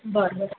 बरं बरं